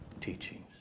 teachings